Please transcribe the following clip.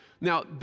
Now